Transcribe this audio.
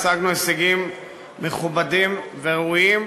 השגנו הישגים מכובדים וראויים,